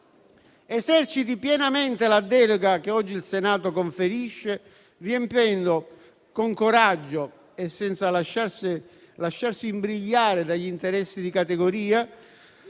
eserciti pienamente la delega che oggi il Senato gli conferisce, riempiendola di contenuti con coraggio e senza lasciarsi imbrigliare dagli interessi di categoria,